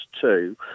two